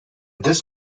this